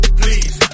please